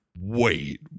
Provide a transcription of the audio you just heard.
wait